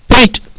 Pete